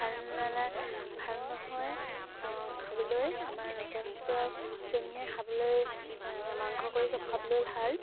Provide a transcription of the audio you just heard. ভাল ভাল নহয় খাবলৈ আমাৰ লোকেল কুকুৰাজনীয়ে খাবলৈ মাংস কৰি খাবলৈ ভাল